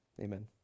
Amen